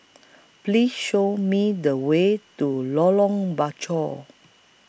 Please Show Me The Way to Lorong Bachok